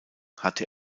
hatte